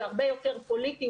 זה הרבה יותר פוליטי.